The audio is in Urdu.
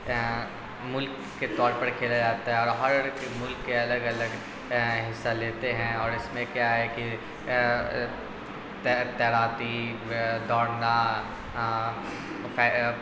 ملک کے طور پر کھیلا جاتا ہے اور ہر کے ملک کے الگ الگ حصہ لیتے ہیں اور اس میں کیا ہے کہ تیر تیراکی دوڑنا